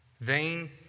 Vain